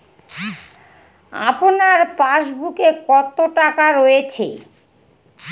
আপনার পাসবুকে কত টাকা রয়েছে?